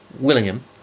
Willingham